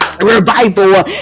Revival